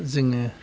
जोङो